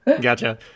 gotcha